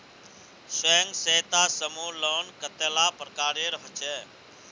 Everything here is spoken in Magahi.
स्वयं सहायता समूह लोन कतेला प्रकारेर होचे?